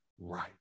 right